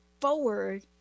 forward